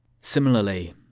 Similarly